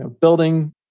building